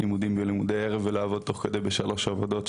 בלימודי ערב ולעבוד תוך כדי בשלוש עבודות,